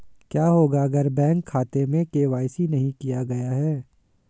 क्या होगा अगर बैंक खाते में के.वाई.सी नहीं किया गया है?